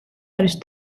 არის